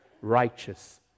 righteous